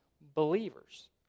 believers